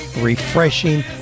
refreshing